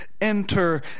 enter